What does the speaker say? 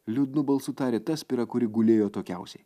liūdnu balsu tarė ta spira kuri gulėjo atokiausiai